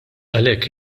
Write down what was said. għalhekk